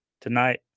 tonight